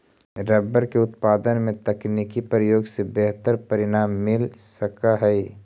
rubber के उत्पादन में तकनीकी प्रयोग से बेहतर परिणाम मिल सकऽ हई